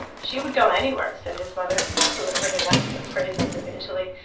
she would go anywhere, said his mother, who had heard enough of the praises of italy.